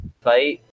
fight